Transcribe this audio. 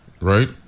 right